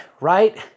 right